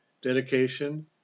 dedication